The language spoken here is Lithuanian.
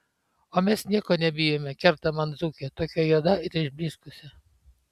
o mes nieko nebijome kerta man dzūkė tokia juoda ir išblyškusi